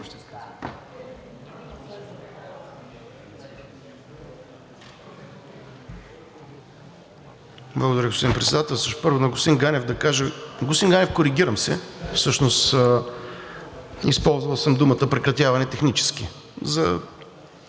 Благодаря, господин Председател. Първо на господин Ганев да кажа – господин Ганев, коригирам се. Всъщност използвал съм думата прекратяване технически, за